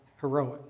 heroic